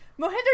Mohinder